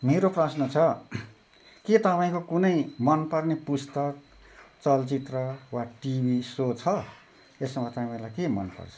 मेरो प्रश्न छ के तपाईँको कुनै मनपर्ने पुस्तक चलचित्र वा टिभी सो छ त्यसमा तपाईँलाई के मनपर्छ